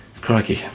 crikey